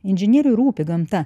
inžinieriui rūpi gamta